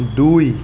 দুই